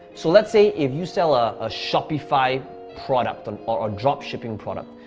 so let's say if you sell a ah shopify product and or a drop shipping product,